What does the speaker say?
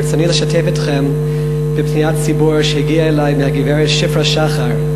ברצוני לשתף אתכם בפניית ציבור שהגיעה אלי מהגברת שפרה שחר,